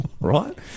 right